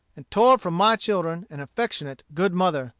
and tore from my children an affectionate, good mother,